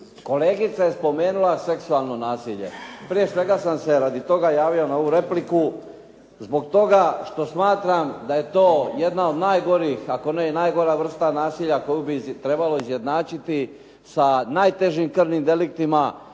Kolegica je spomenula seksualno nasilje. Prije svega sam se radi toga javio na ovu repliku, zbog toga što smatram da je to jedna od najgorih ako ne i najgora vrsta nasilja koju bi trebalo izjednačiti sa najtežim krvnim deliktima.